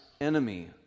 enemy